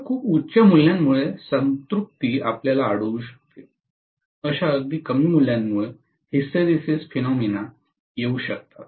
अश्या खूप उच्च मूल्यांमुळे संतृप्ति आपल्याला आढळू शकते अशा अगदी कमी मूल्यांमुळे हिस्टरेसिस फेनॉमेणा येऊ शकतात